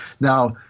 Now